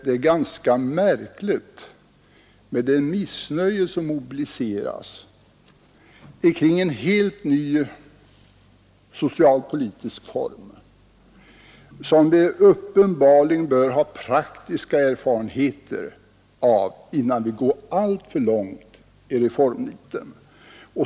Det är ganska märkligt med det missnöje som mobiliseras kring en helt ny socialpolitisk form, som vi bör ha praktiska erfarenheter av innan vi går alltför långt i reformnitet.